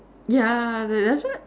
ya that that's why